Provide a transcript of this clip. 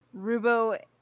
Rubo